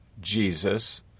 Jesus